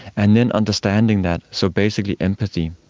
and then understanding that, so basically empathy,